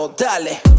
Dale